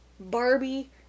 Barbie